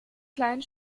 kleinen